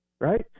right